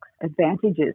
advantages